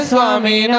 Swami